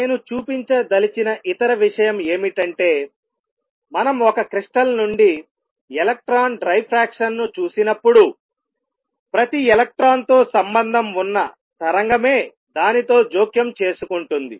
నేను చూపించదలిచిన ఇతర విషయం ఏమిటంటే మనం ఒక క్రిస్టల్ నుండి ఎలక్ట్రాన్ డైఫ్రాక్షన్ను చూసినప్పుడు ప్రతి ఎలక్ట్రాన్తో సంబంధం ఉన్న తరంగమే దానితో జోక్యం చేసుకుంటుంది